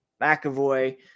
McAvoy